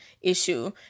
issue